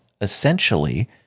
essentially